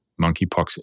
monkeypox